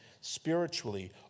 spiritually